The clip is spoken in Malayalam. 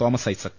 തോമസ് ഐസക്